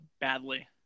badly